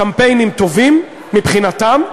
קמפיינים טובים מבחינתם,